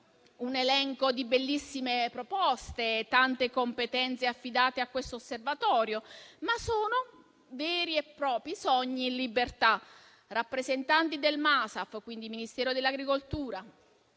un elenco di bellissime proposte, con tante competenze affidate a questo osservatorio, ma sono veri e propri sogni in libertà; rappresentanti del MASAF, il Ministero dell'agricoltura,